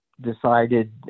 decided